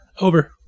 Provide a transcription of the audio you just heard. over